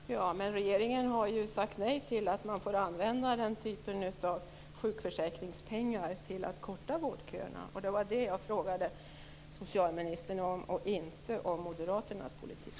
Fru talman! Regeringen har ju sagt nej till att man får använda den typen av sjukförsäkringspengar till att korta vårdköerna. Det var det jag frågade socialministern om, inte om moderaternas politik.